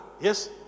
yes